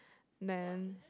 man